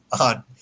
on